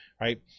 Right